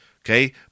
Okay